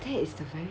my dad is the very